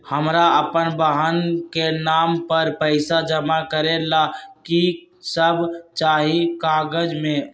हमरा अपन बहन के नाम पर पैसा जमा करे ला कि सब चाहि कागज मे?